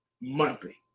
monthly